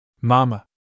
Mama